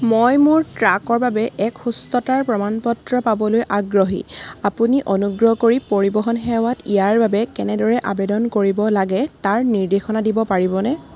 মই মোৰ ট্ৰাকৰ বাবে এক সুস্থতাৰ প্ৰমাণ পত্ৰ পাবলৈ আগ্ৰহী আপুনি অনুগ্ৰহ কৰি পৰিবহণ সেৱাত ইয়াৰ বাবে কেনেদৰে আবেদন কৰিব লাগে তাৰ নিৰ্দেশনা দিব পাৰিবনে